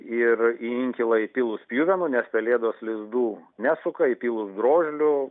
ir į inkilą įpilus pjuvenų nes pelėdos lizdų nesuka įpylus drožlių